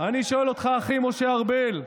אני שואל אותך, אחי משה ארבל,